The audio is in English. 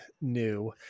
new